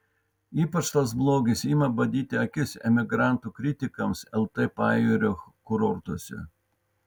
ypač tas blogis ima badyti akis emigrantų kritikams lt pajūrio kurortuose